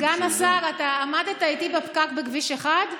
סגן השר, אתה עמדת איתי בפקק בכביש 1?